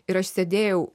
ir aš sėdėjau